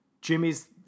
Jimmy's